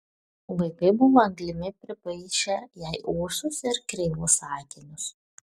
vaikai buvo anglimi pripaišę jai ūsus ir kreivus akinius